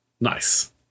Nice